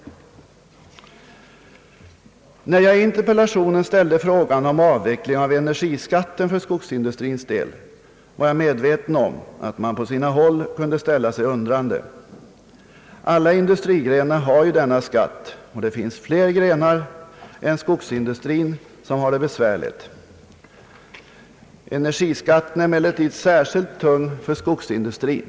När jag i interpellationen ställde frågan om en avveckling av energiskatten för skogsindustrins del var jag medveten om att man på sina håll kunde ställa sig undrande. Alla industrigrenar har ju denna skatt, och flera grenar än skogsindustrin har det besvärligt. Energiskatten är emellertid särskilt tung för skogsindustrin.